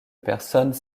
personnes